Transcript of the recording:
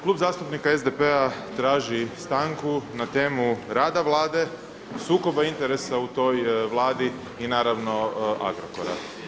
Klub zastupnika SDP-a traži stanku na temu rada Vlade, sukoba interesa u toj Vladi i naravno Agrokora.